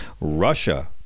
Russia